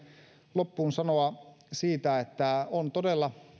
loppuun sanoa siitä että on todella